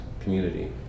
community